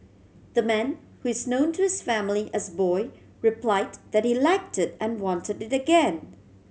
the man who is known to his family as boy replied that he liked it and wanted it again